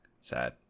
Sad